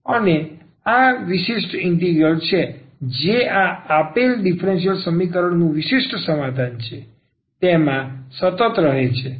અને આ વિશિષ્ટ ઇન્ટિગ્રલ જે આ આપેલ ડીફરન્સીયલ સમીકરણનું વિશિષ્ટ સમાધાન છે તેમાં સતત રહેશે નહીં